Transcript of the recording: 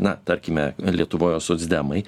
na tarkime lietuvoje socdemai